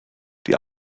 die